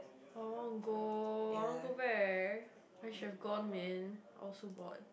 I want to go I want go back I should have gone man I was so bored